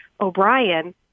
O'Brien